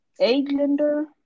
agender